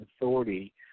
authority